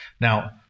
Now